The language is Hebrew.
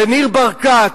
וניר ברקת,